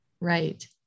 Right